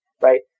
right